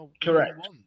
Correct